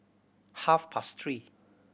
half past three